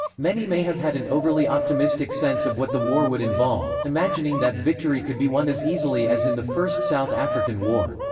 many may have had an overly optimistic sense of what the war would involve, imagining that victory could be won as easily as in the first south african war.